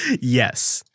Yes